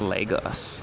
Lagos